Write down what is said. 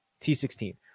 T16